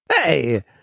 Hey